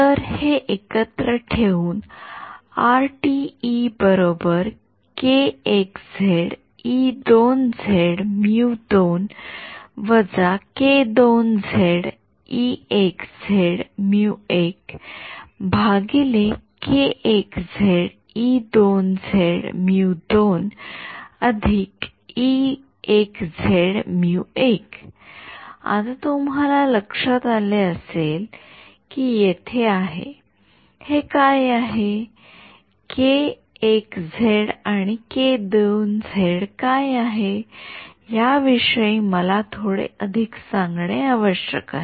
तर हे एकत्र ठेवून आता तुम्हाला लक्षात आले की येथे आहे हे काय आहे आणि काय आहे याविषयी मला थोडे अधिक सांगणे आवश्यक आहे